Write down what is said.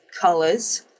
colors